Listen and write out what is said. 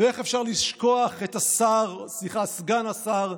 ואיך אפשר לשכוח את השר, סליחה, סגן השר,